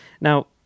now